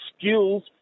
skills